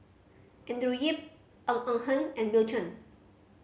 Andrew Yip Ng Eng Hen and Bill Chen